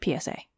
PSA